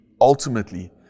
ultimately